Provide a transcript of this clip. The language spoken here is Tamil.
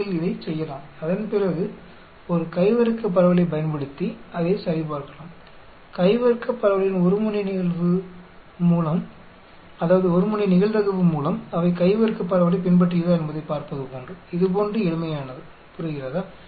நீங்கள் இதைச் செய்யலாம் அதன்பிறகு ஒரு கை வர்க்கப் பரவலைப் பயன்படுத்தி அதைச் சரிபார்க்கலாம் கை வர்க்கப் பரவலின் 1 முனை நிகழ்தகவு மூலம் அவை கை வர்க்கப் பரவலைப் பின்பற்றுகிறதா என்பதைப் பார்ப்பதுபோன்று இது போன்று எளிமையானது புரிகிறதா